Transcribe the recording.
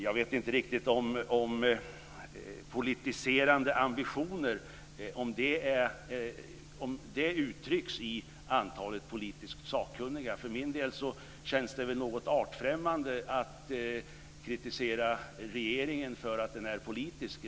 Jag vet inte riktigt om politiserande ambitioner uttrycks i antalet politiskt sakkunniga. För min del känns det något artfrämmande att kritisera regeringen för att den är politisk.